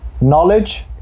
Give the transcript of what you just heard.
knowledge